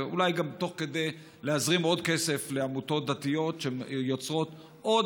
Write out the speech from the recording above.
ואולי גם תוך כדי להזרים עוד כסף לעמותות דתיות שיוצרות עוד